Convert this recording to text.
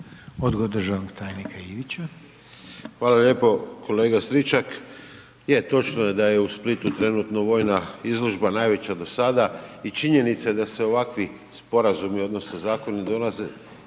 Tomislav (HDZ)** Hvala lijepo. Kolega Stričak, je točno je da je u Splitu trenutno vojna izložba najveća do sada i činjenica je da se ovakvi sporazumi odnosno zakoni donose